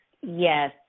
yes